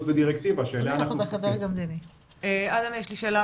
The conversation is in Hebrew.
ודירקטיבה שאליה אנחנו --- אדם יש לי שאלה,